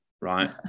right